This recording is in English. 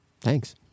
thanks